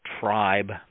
tribe